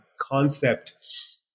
concept